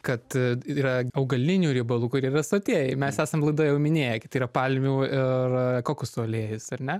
kad yra augalinių riebalų kurie yra sotieji mes esam laidoje jau minėję kad tai yra palmių ir kokosų aliejus ar ne